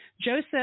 Joseph